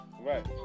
Right